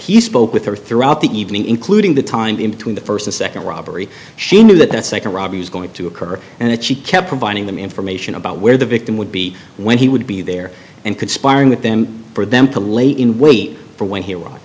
he spoke with her throughout the evening including the time in between the first the second robbery she knew that the second robbery was going to occur and she kept providing them information about where the victim would be when he would be there and conspiring with them for them to lay in wait for when he